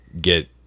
get